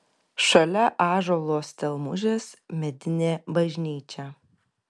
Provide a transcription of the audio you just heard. šalia ąžuolo stelmužės medinė bažnyčia